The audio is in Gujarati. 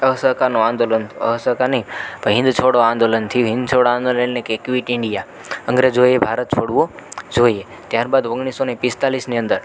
અસહકારનો આંદોલન અસહકાર નહીં પણ હિન્દ છોડો આંદોલન થયું હિન્દ છોડો આંદોલન ક્વીટ ઈન્ડિયા અંગ્રેજોએ ભારત છોડવું જોઈએ ત્યાર બાદ ઓગણીસસો ને પિસ્તાળીસની અંદર